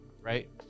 Right